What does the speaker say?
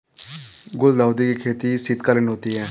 गुलदाउदी की खेती शीतकालीन होती है